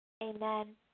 Amen